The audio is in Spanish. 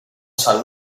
san